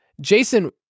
Jason